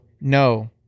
no